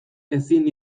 ezin